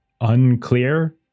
unclear